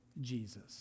Jesus